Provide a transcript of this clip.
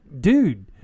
dude